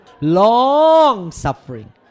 Long-suffering